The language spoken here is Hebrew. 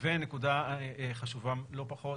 ונקודה חשובה לא פחות,